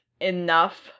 enough